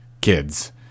kids